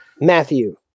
Matthew